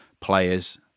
players